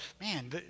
man